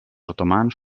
otomans